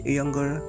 younger